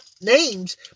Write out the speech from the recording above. names